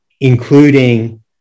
including